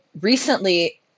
recently